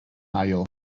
ail